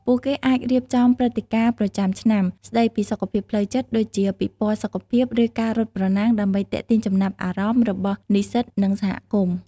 ពួកគេអាចរៀបចំព្រឹត្តិការណ៍ប្រចាំឆ្នាំស្តីពីសុខភាពផ្លូវចិត្តដូចជាពិព័រណ៍សុខភាពឬការរត់ប្រណាំងដើម្បីទាក់ទាញចំណាប់អារម្មណ៍របស់និស្សិតនិងសហគមន៍។